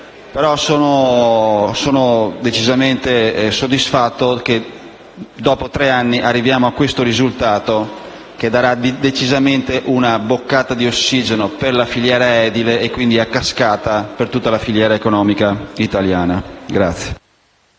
decisamente soddisfatto che dopo tre anni si arrivi a questo risultato che darà decisamente una boccata di ossigeno alla filiera edile e, a cascata, a tutta la filiera economica italiana.